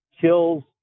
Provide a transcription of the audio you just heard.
kills